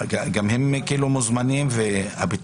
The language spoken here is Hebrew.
כפי